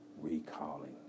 recalling